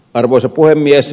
arvoisa puhemies